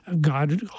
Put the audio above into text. God